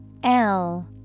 -L